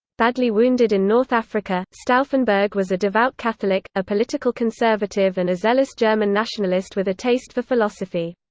badly wounded in north africa, stauffenberg was a devout catholic, a political conservative and a zealous german nationalist with a taste for philosophy.